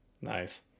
Nice